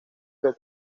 que